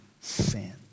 sin